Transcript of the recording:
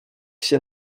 się